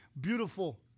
beautiful